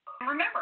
remember